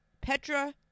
Petra